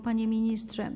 Panie Ministrze!